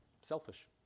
selfish